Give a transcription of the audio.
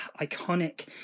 iconic